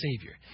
savior